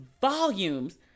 volumes